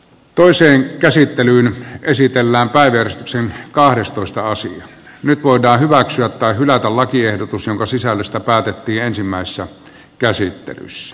toiseen käsittelyyn esitellään päivystyksen kahdestoista ossi nyt voidaan hyväksyä tai hylätä lakiehdotus jonka sisällöstä päätettiin ensimmäisessä käsittelyssä